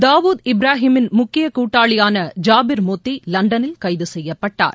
தாவூத் இப்ராஹிமின் முக்கிய கூட்டாளியான ஜாபிர் மோத்தி லண்டனில் கைது செய்யப்பட்டார்